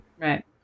Right